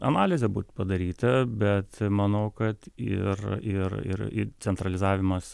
analizė būt padaryta bet manau kad ir ir ir centralizavimas